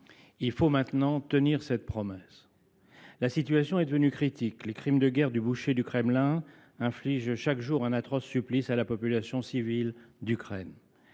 Il faut maintenant tenir cette promesse ! La situation est devenue critique. Les crimes de guerre du boucher du Kremlin infligent chaque jour un atroce supplice à la population civile d’Ukraine.